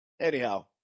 anyhow